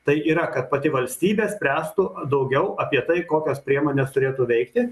tai yra kad pati valstybė spręstų daugiau apie tai kokios priemonės turėtų veikti